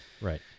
Right